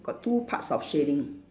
got two parts of shading